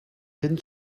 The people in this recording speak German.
hin